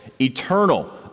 eternal